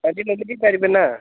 ਹਾਂਜੀ ਮੰਮੀ ਜੀ ਪੈਰੀਂ ਪੈਨਾ